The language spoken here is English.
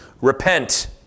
Repent